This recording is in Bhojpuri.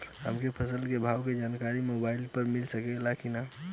हमके फसल के भाव के जानकारी मोबाइल पर मिल सकेला की ना?